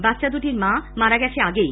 বাচ্চা দুটির মা মারা গেছে আগেই